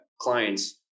clients